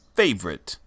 favorite